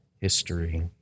history